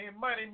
money